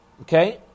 Okay